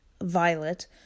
violet